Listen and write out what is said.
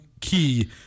key